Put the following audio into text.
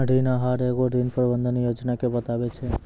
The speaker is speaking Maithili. ऋण आहार एगो ऋण प्रबंधन योजना के बताबै छै